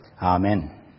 Amen